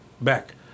back